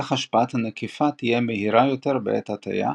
כך השפעת הנקיפה תהיה מהירה יותר בעת הטיה,